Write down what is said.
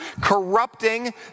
corrupting